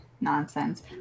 nonsense